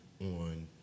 on